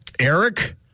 Eric